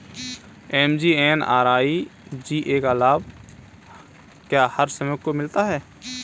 MGNREGA का लाभ क्या हर श्रमिक को मिलता है?